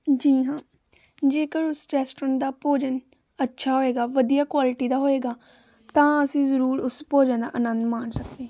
ਜੀ ਹਾਂ ਜੇਕਰ ਉਸ ਰੈਸਟੋਰੈਂਟ ਦਾ ਭੋਜਨ ਅੱਛਾ ਹੋਏਗਾ ਵਧੀਆ ਕੁਆਲਿਟੀ ਦਾ ਹੋਏਗਾ ਤਾਂ ਅਸੀਂ ਜ਼ਰੂਰ ਉਸ ਭੋਜਨ ਦਾ ਆਨੰਦ ਮਾਣ ਸਕਦੇ